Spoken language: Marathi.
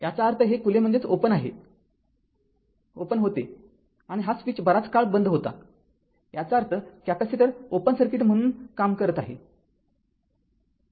याचा अर्थ हे खुले होते आणि हा स्विच बराच काळ बंद होता याचा अर्थ कॅपेसिटर ओपन सर्किट म्हणून काम करत आहे